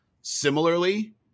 similarly